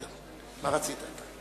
חוק ומשפט נתקבלה.